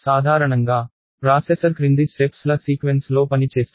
సాధారణంగా ప్రాసెసర్ క్రింది స్టెప్స్ ల సీక్వెన్స్ లో పని చేస్తుంది